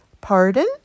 pardon